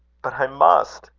but i must,